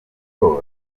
bwo